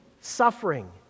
suffering